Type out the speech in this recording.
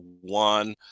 one